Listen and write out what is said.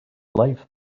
life